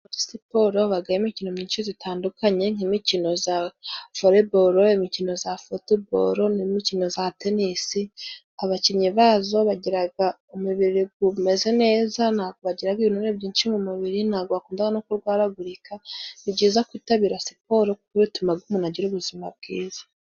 Muri siporo habamo imikino myinshi itandukanye, nk'imikino ya vorebore, imikino ya futuboro, n'imikino ya tenisi. Abakinnyi bayo bagira imibiri imeze neza, ntabwo bagira ibinure byinshi mu mubiri, ntabwo bakunda nokurwaragurika. Ni byiza kwitabira siporo bitumaga umuntu agira ubuzima bwiza.